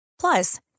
Plus